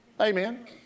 Amen